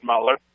Mueller